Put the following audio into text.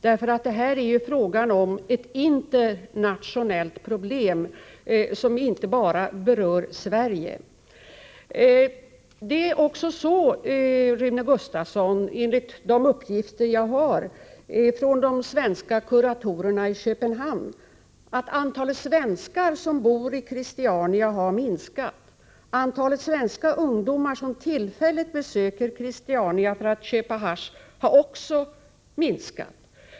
Detta är ett internationellt problem som inte bara berör Sverige. Rune Gustavsson! Enligt de uppgifter jag har fått från de svenska kuratorerna i Köpenhamn har antalet svenskar som bor i Christiania minskat, och antalet svenska ungdomar som tillfälligt besöker Christiania för att köpa hasch har också minskat.